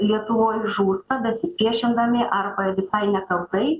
lietuvoj žūsta besipriešindami ar visai nekaltai